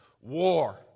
war